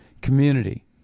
community